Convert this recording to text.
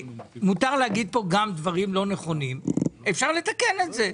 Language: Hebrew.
להגיד פה גם דברים לא נכונים; אפשר לתקן אותם.